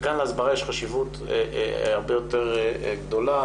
וכאן להסברה יש חשיבות הרבה יותר גדולה.